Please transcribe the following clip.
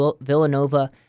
Villanova